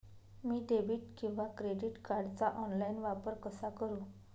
मी debit किंवा credit कार्डचा online वापर कसा करु?